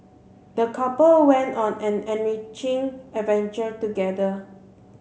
the couple went on an enriching adventure together